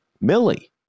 Millie